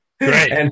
great